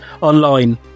online